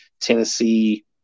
Tennessee